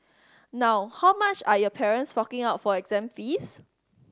now how much are your parents forking out for exam fees